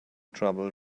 trouble